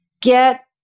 get